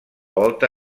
volta